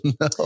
No